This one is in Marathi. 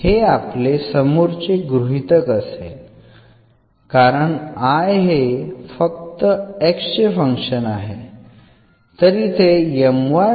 तर हे आपले समोरचे गृहीतक असेल कारण I हे फक्त x चे फंक्शन आहे